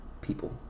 people